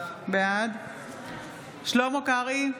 בעד שלמה קרעי,